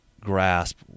grasp